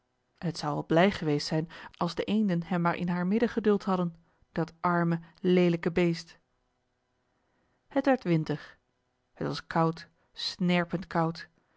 het zou al blij geweest zijn als de eenden hem maar in haar midden geduld hadden dat arme leelijke beest het werd winter het was koud snerpend koud